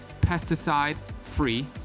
pesticide-free